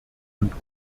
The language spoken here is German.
und